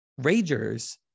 ragers